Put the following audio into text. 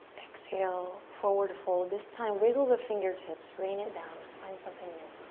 exhale, forward fold. this time, wiggle the fingertips, rain it down. just find something new.